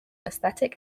aesthetic